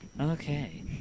Okay